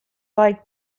like